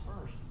first